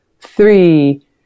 three